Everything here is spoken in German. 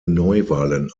neuwahlen